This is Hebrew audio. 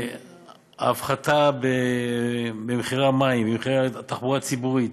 ההפחתה במחירי המים, במחירי התחבורה הציבורית,